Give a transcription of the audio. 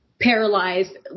paralyzed